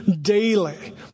daily